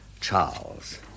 Charles